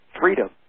freedom